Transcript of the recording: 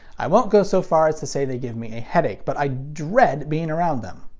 i won't go so far as to say they give me a headache, but i dread being around them.